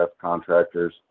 contractors